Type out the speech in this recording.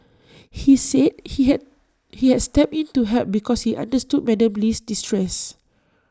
he said he had he had stepped in to help because he understood Madam Lee's distress